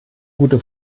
gute